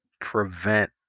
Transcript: prevent